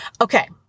Okay